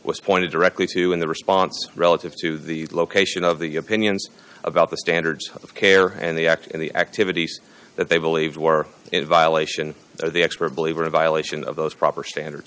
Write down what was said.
was pointed directly to in the response relative to the location of the opinions about the standards of care and the act and the activities that they believed were in violation of the experts believe are a violation of those proper standards